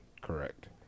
Correct